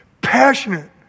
passionate